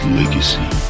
legacy